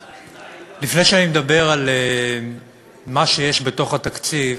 לפני שאני מדבר על מה שיש בתוך התקציב,